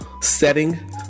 setting